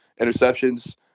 Interceptions